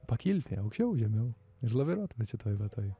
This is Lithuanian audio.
pakilti aukščiau žemiau ir laviruoti vat šitoj va toj